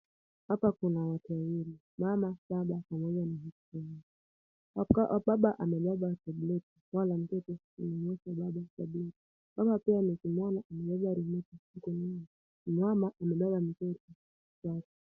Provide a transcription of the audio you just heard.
Hapa kuna watu wawili mama, baba pamoja na watoto wao. Baba amebeba tabuleti. Wala anauomba baba tabuleti.